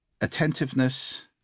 attentiveness